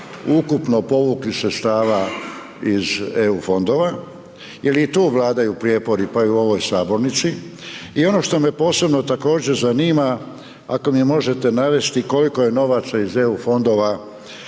ukupno povukli sredstava iz EU fondova, jel i tu vladaju prijepori, pa i u ovoj sabornici. I ono što me posebno također zanima ako mi možete navesti koliko je novaca iz EU fondova